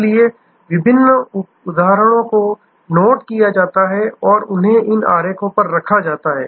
इसलिए सभी विभिन्न उदाहरणों को नोट किया जाता है और उन्हें इन आरेख पर रखा जाता है